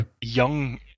young